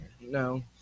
No